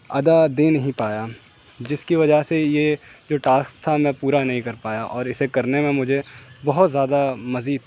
ادا دے نہیں پایا جس کی وجہ سے یہ جو ٹاسک تھا میں پورا نہیں کر پایا اور اسے کرنے میں مجھے بہت زیادہ مزید